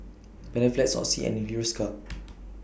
Panaflex Oxy and Hiruscar